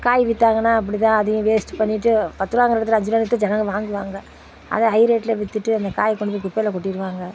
காய் வித்தாங்கன்னா அப்படி தான் அதையும் வேஸ்ட் பண்ணிகிட்டு பத்துரூபாங்கிற இடத்துல அஞ்சுரூபான்னு வித்தால் ஜனங்கள் வாங்குவாங்கள் அதை ஹை ரேட்டில் வித்துட்டு அந்த காய் கொண்டு போய் குப்பையில் கொட்டிருவாங்கள்